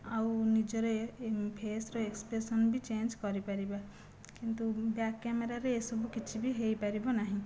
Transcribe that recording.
ଆଉ ନିଜର ଫେସ୍ର ଏକ୍ସପ୍ରେସନ୍ ବି ଚେଞ୍ଜ କରିପାରିବା କିନ୍ତୁ ବ୍ୟାକ୍ କ୍ୟାମେରାରେ ଏସବୁ କିଛି ବି ହେଇପାରିବ ନାହିଁ